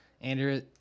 Andrew